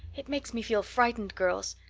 it makes me feel frightened, girls.